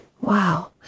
Wow